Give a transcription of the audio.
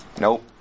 Nope